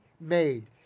made